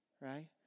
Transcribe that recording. Right